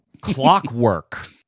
clockwork